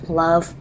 love